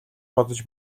бодож